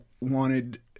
wanted –